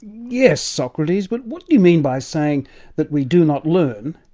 yes, socrates, but what do you mean by saying that we do not learn,